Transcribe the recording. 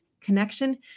Connection